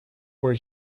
where